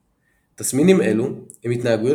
תסמינים חיוביים תסמינים אלו הם התנהגויות